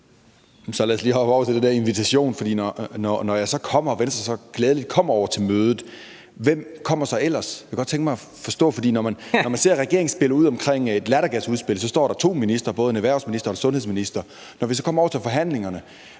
Så lad os lige hoppe over til den her invitation, for når jeg og Venstre så gladeligt kommer over til mødet, hvem kommer så ellers? Jeg kunne godt tænke mig at forstå det, for når man ser regeringen komme med et lattergasudspil, står der to ministre, både en erhvervsminister og en sundhedsminister. Når vi så kommer over til forhandlingerne,